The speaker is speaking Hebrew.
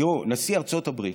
תראו, נשיא ארצות הברית